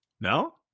no